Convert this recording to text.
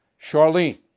Charlene